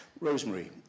Rosemary